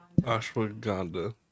Ashwagandha